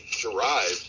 derived